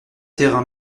terrain